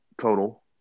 total